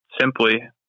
simply